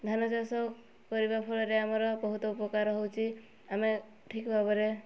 ଧାନ ଚାଷ କରିବା ଫଳରେ ଆମର ବହୁତ ଉପକାର ହେଉଛି ଆମେ ଠିକ୍ ଭାବରେ